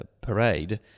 parade